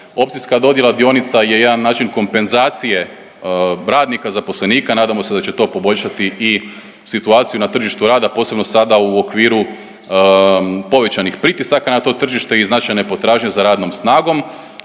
Opcijska dodjela dionica je jedan način kompenzacije radnika i zaposlenika, nadamo se da će to poboljšati i situaciju na tržištu rada, posebno sada u okviru povećanih pritisaka na to tržište i značajne potražnje za radnom snagom,